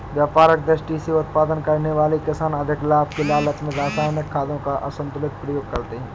व्यापारिक दृष्टि से उत्पादन करने वाले किसान अधिक लाभ के लालच में रसायनिक खादों का असन्तुलित प्रयोग करते हैं